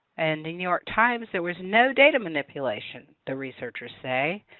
and the new york times there was no data manipulation, the researchers say.